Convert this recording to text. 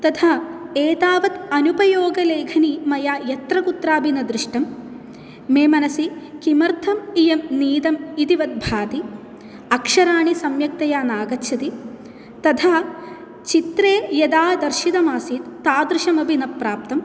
तथा एतावदनुपयोगलेखनी मया यत्र कुत्रापि न दृष्टम् मे मनसि किमर्थम् इयं नीतम् इतिवद्भाति अक्षराणि सम्यक्तया नागच्छति तथा चित्रे यथा दर्शितम् आसीत् तादृशम् अपि न प्राप्तम्